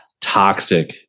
toxic